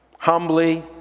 humbly